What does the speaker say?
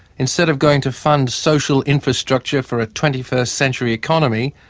instead of going to fund social infrastructure for a twenty first century economy,